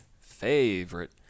favorite –